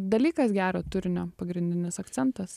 dalykas gero turinio pagrindinis akcentas